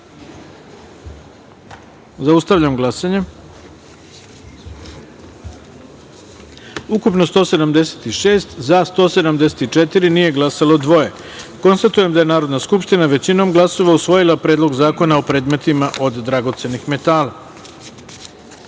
saopštavam: ukupno – 176, za – 174, nije glasalo dvoje. Konstatujem da je Narodna skupština, većinom glasova, usvojila Predlog zakona o predmetima od dragocenih metala. Četvrta